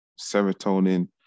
Serotonin